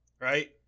right